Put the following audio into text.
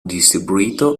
distribuito